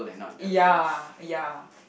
ya ya